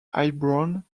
heilbronn